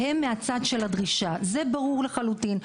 והם מהצד של הדרישה, זה ברור לחלוטין.